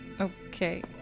Okay